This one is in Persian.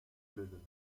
بدونن